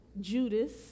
Judas